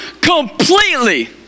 completely